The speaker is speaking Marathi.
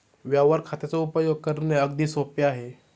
व्यवहार खात्याचा उपयोग करणे अगदी सोपे आहे